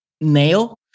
nail